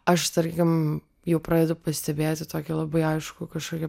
aš tarkim jau pradedu pastebėti tokį labai aiškų kažkokį